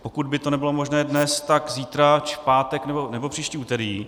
Pokud by to nebylo možné dnes, tak zítra či v pátek nebo příští úterý.